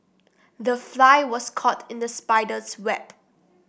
the fly was caught in the spider's web